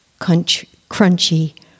crunchy